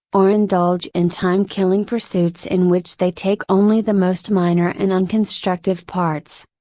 or indulge in time killing pursuits in which they take only the most minor and unconstructive parts.